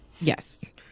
Yes